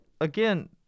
again